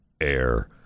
air